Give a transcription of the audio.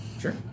sure